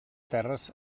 terres